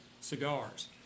cigars